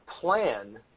plan